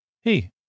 Hey